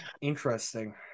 Interesting